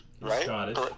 right